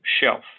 shelf